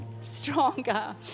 stronger